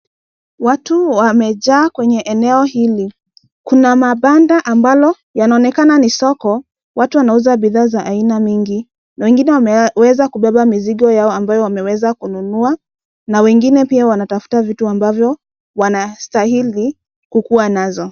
Watu wamejaa kwenye eneo hili kuna mabanda ambalo yanaonekana ni soko watu wanauza bidhaa za aina nyingi ,wengine wameweza kubeba mizigo yao ambayo wameweza kununua na wengine pia wanatafuta vitu ambavyo wanastahili kukua nazo.